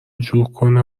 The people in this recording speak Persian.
جورکنه